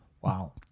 Wow